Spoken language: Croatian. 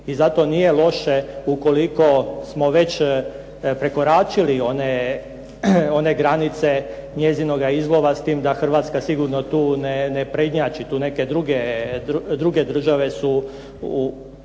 I zato nije loše ukoliko smo već prekoračili one granice njezinoga izlova, s tim da Hrvatska sigurno tu ne prednjači. Tu neke druge države su pokupile